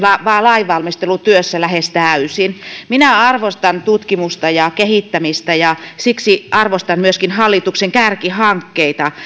lainvalmistelutyössä lähes täysin minä arvostan tutkimusta ja kehittämistä ja siksi arvostan myöskin hallituksen kärkihankkeita